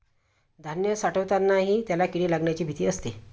धान्य साठवतानाही त्याला किडे लागण्याची भीती असते